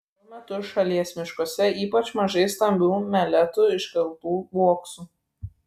šiuo metu šalies miškuose ypač mažai stambių meletų iškaltų uoksų